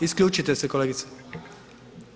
Isključite se kolegice.